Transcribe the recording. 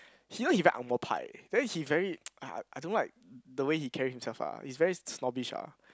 you know he very angmoh pai then he very ah I don't like the way he carry himself lah he's very snobbish ah